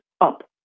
up